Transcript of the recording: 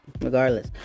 regardless